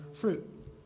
fruit